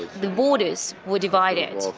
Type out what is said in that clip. the borders were divided,